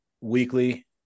weekly